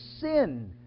sin